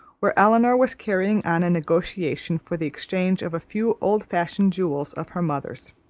where elinor was carrying on a negotiation for the exchange of a few old-fashioned jewels of her mother.